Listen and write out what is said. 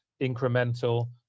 incremental